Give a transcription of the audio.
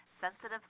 Sensitive